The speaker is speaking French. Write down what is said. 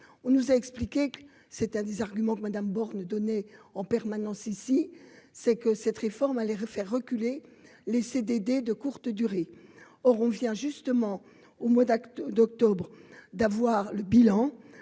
on nous a expliqué que c'était un des arguments que madame Borne donner en permanence ici, c'est que cette réforme allait refaire reculer les CDD de courte durée, or on vient justement au mois d'actes d'octobre d'avoir le bilan,